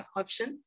option